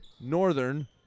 Northern